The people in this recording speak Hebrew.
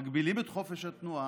מגבילים את חופש התנועה,